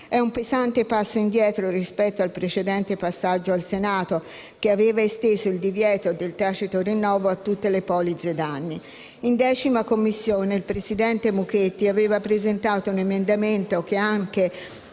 È un pesante passo indietro rispetto al precedente passaggio in Senato, che aveva esteso il divieto di tacito rinnovo a tutte le polizze danni. In 10a Commissione il presidente Mucchetti aveva presentato un emendamento, che anche